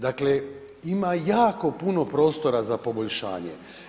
Dakle ima jako puno prostora za poboljšanje.